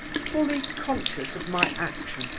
fully conscious of my action,